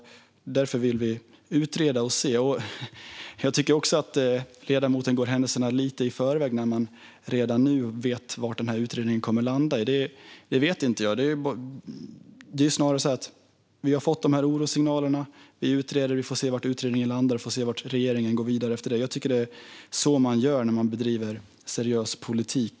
Därför vill vi utreda och se. Jag tycker också att ledamoten går händelserna lite i förväg, som om man redan nu vet vad utredningen kommer att landa i. Det vet inte jag. Vi har fått de här orossignalerna. Vi utreder och får se vad utredningen landar i och vad regeringen går vidare med. Så bedriver en regering seriös politik.